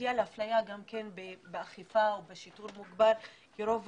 נטייה לאפליה באכיפה ובשיטור מוגבר ורוב